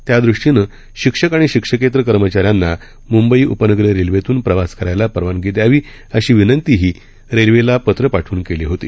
त्यादृष्टीनं शिक्षक आणि शिक्षकेतर कर्मचाऱ्यांना मुंबई उपनगरीय रेल्वेतून प्रवास करायला परवानगी दयावी अशी विनंतीही रेल्वेला पत्र पाठवून केली होती